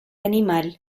animal